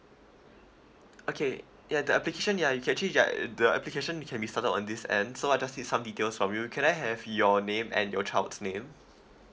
okay ya the application ya you can actually err the application it can be settled on this end so I just need some details from you can I have your name and your child's name